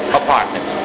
apartment